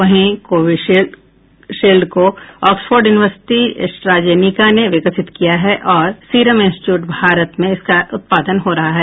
वहीं कोविशील्ड को Oxford university AstraZeneca ने विकसित किया है और सीरम इंस्टिच्यूट भारत में इसका उत्पादन हो रहा है